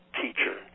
teacher